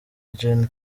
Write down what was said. gen